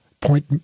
Point